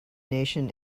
nation